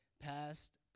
Past